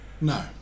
No